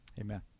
Amen